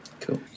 Cool